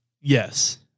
Yes